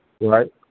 right